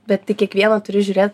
bet į kiekvieną turi žiūrėt